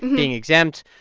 being exempt.